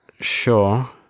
Sure